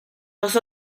los